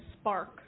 spark